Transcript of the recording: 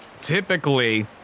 typically